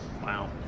Wow